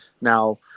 Now